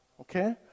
okay